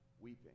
weeping